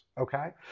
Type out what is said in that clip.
okay